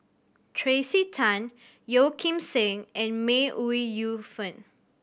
Tracey Tan Yeo Kim Seng and May Ooi Yu Fen